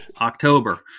October